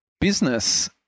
Business